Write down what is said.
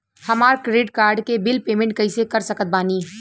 हमार credit card के bill payment कइसे कर सकत बानी?